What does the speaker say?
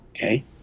Okay